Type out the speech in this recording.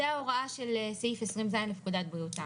זה ההוראה של סעיף 20 ז' לפקודת בריאות העם.